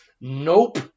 Nope